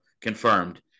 confirmed